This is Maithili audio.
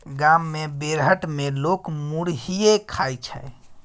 गाम मे बेरहट मे लोक मुरहीये खाइ छै